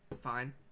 Fine